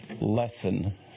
lesson